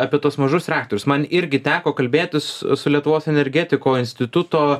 apie tuos mažus reaktorius man irgi teko kalbėtis su lietuvos energetiko instituto